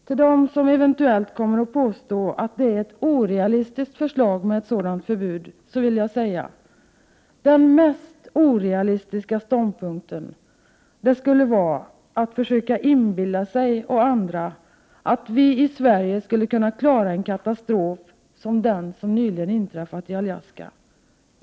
Till den som eventuellt kommer att påstå att det är ett orealistiskt förslag vill jag säga: Den mest orealistiska ståndpunkten är att inbilla sig själv och andra att vi i Sverige skulle kunna klara en katastrof som den som nyligen inträffat vid Alaska.